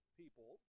people